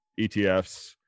ETFs